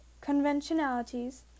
conventionalities